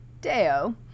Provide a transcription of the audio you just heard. Deo